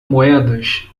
moedas